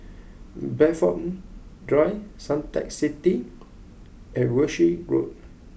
Bayfront Drive Suntec City and Walshe Road